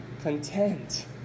content